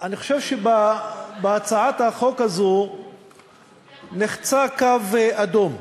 אני חושב שבהצעת החוק הזאת נחצה קו אדום.